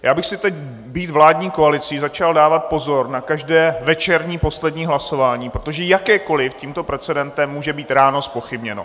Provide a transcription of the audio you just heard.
Já bych si teď, být vládní koalicí, začal dávat pozor na každé večerní poslední hlasování, protože jakékoliv tímto precedentem může být ráno zpochybněno.